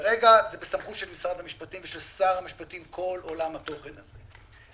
כרגע זה בסמכות של משרד המשפטים ושל שר המשפטים כל עולם התוכן הזה.